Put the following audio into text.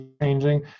changing